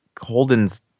Holden's